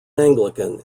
anglican